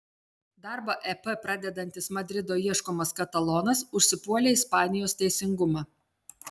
darbą ep pradedantis madrido ieškomas katalonas užsipuolė ispanijos teisingumą